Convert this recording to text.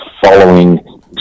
following